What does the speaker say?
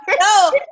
no